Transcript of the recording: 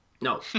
No